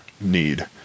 need